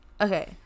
Okay